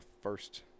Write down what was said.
first